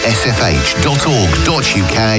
sfh.org.uk